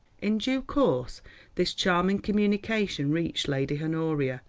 in due course this charming communication reached lady honoria,